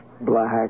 black